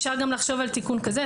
אפשר גם לחשוב על תיקון כזה,